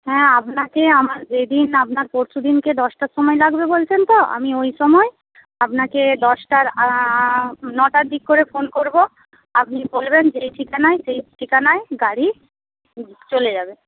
হ্যাঁ আপনাকে আমার যেদিন আপনার পরশুদিনে দশটার সময় লাগবে বলছেন তো আমি ওই সময় আপনাকে দশটার নটার দিক করে ফোন করব আপনি বলবেন যেই ঠিকানায় সেই ঠিকানায় গাড়ি চলে যাবে